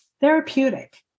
therapeutic